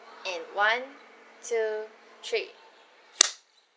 and one two three